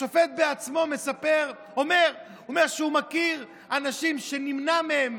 השופט בעצמו אומר שהוא מכיר אנשים שנמנע מהם